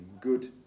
good